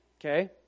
Okay